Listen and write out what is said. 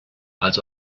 als